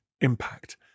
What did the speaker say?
impact